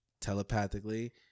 telepathically